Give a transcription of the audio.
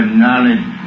knowledge